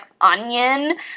onion